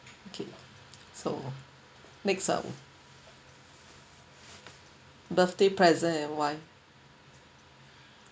okay so next up birthday present and why